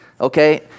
okay